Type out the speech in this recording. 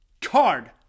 card